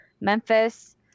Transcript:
Memphis